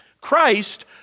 Christ